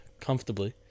comfortably